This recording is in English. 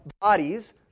bodies